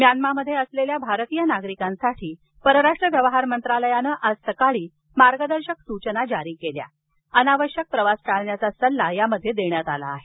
म्यानामामध्ये असलेल्या भारतीय नागरिकांसाठी परराष्ट्र व्यवहार मंत्रालयानं आज सकाळी मार्गदर्शक सूचना जारी केल्या असून अनावश्यक प्रवास टाळण्याचा सल्ला देण्यात आला आहे